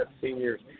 seniors